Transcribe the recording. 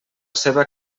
seva